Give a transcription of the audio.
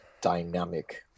dynamic